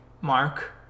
Mark